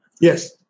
Yes